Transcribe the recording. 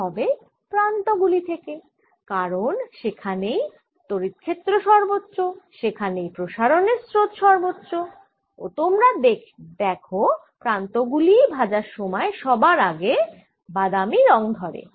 তা হবে প্রান্ত গুলি থেকে কারণ সেখানেই তড়িৎ ক্ষেত্র সর্বোচ্চ সেখানেই প্রসারনের স্রোত সর্বোচ্চ হবে ও তোমরা দেখ প্রান্ত গুলিই ভাজার সময় সবার আগে বাদামি রঙ ধরে